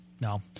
no